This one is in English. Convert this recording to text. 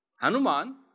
Hanuman